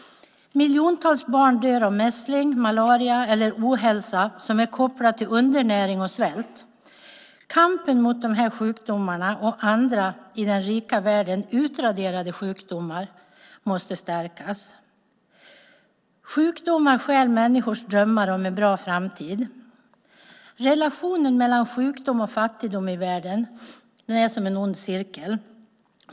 Miljontals barn dör av mässling, malaria eller ohälsa som är kopplad till undernäring och svält. Kampen mot de här sjukdomarna och andra i den rika världen utraderade sjukdomar måste stärkas. Sjukdomar stjäl människors drömmar om en bra framtid. Relationen mellan sjukdom och fattigdom i världen är som en ond cirkel.